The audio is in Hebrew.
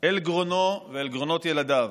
אל גרונו ואל גרנות ילדיו.